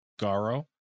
Garo